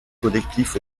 collectif